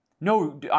No